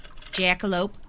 Jackalope